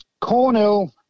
Cornell